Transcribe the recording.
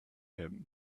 him